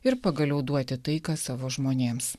ir pagaliau duoti taiką savo žmonėms